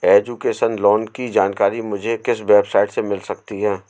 Education loan की जानकारी मुझे किस वेबसाइट से मिल सकती है?